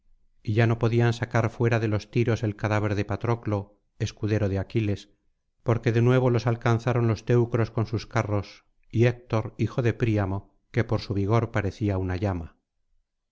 y ya no podían sacar fuera de los tiros el cadáver de patroclo escudero de aquiles porque de nuevo los alcanzaron los teucros con sus carros y héctor hijo de príamo que por su vigor parecía una llama